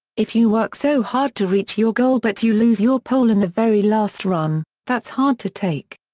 if you work so hard to reach your goal but you lose your pole in the very last run, that's hard to take.